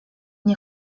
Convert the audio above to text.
nie